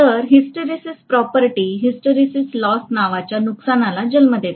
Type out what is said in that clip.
तर hysteresis property hysteresis loss नावाच्या नुकसानला जन्म देते